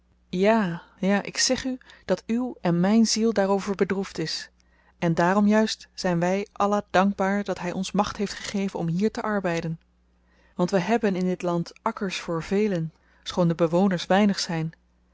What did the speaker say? ja ja ik zeg u dat uw en myn ziel daarover bedroefd is en daarom juist zyn wy allah dankbaar dat hy ons macht heeft gegeven om hier te arbeiden want wy hebben in dit land akkers voor velen schoon de bewoners weinig zyn